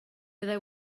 fyddai